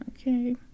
Okay